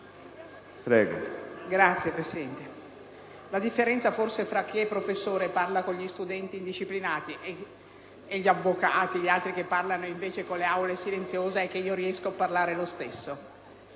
La differenza fra chi è professore e parla con gli studenti indisciplinati e gli avvocati che parlano invece in aule silenziose è che io riesco a parlare lo stesso,